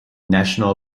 national